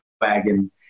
wagon